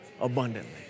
abundantly